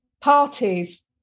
parties